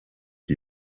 die